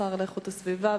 השר לאיכות הסביבה,